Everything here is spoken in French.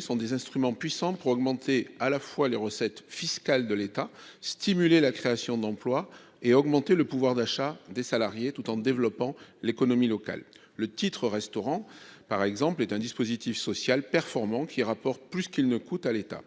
sont des instruments puissants pour augmenter les recettes fiscales de l'État, stimuler la création d'emplois et augmenter le pouvoir d'achat des salariés, tout en développant l'économie locale. Le titre-restaurant, par exemple, est un dispositif social performant qui rapporte plus qu'il ne coûte à l'État.